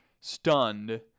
stunned